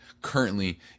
currently